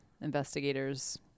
investigators